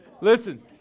Listen